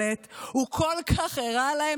הוא הראה לארגוני הפשע מי שולט.